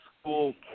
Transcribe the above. school